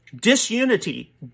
Disunity